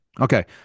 Okay